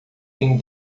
tem